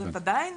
זאת עדיין